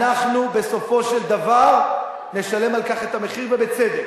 אנחנו בסופו של דבר נשלם על כך את המחיר, ובצדק.